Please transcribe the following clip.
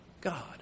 God